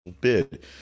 bid